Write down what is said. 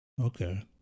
Okay